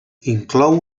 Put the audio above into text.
inclou